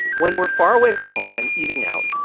when we're far away from home and eating out,